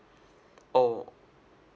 oh